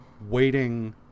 waiting